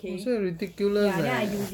!wah! so ridiculous leh